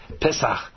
Pesach